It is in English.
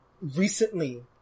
recently